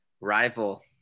rival